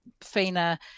Fina